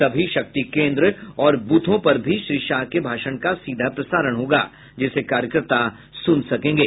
सभी शक्तिकेंद्र और बूथों पर श्री शाह के भाषण का सीधा प्रसारण होगा जिसे कार्यकर्ता सुन सकेंगे